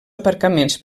aparcaments